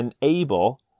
enable